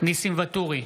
ניסים ואטורי,